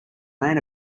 man